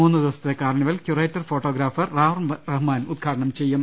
മൂന്ന് ദിവസത്തെ carnival curator photographer Ram Rahman ഉദ്ഘാടനം ചെയ്യും